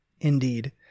Indeed